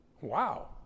Wow